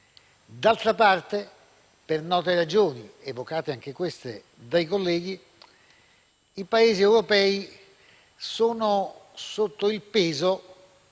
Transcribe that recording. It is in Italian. D'altra parte, per note ragioni, evocate anche queste dai colleghi, i Paesi europei sono sotto il peso